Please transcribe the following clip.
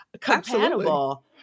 Compatible